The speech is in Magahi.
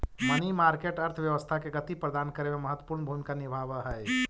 मनी मार्केट अर्थव्यवस्था के गति प्रदान करे में महत्वपूर्ण भूमिका निभावऽ हई